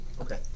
Okay